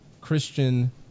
Christian